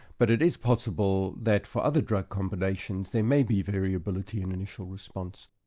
but it is possible that for other drug combinations, there may be variability in initial response.